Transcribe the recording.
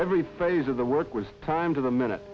every phase of the work was time to the minute